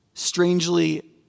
strangely